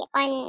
on